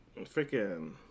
freaking